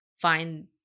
find